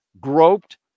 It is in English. groped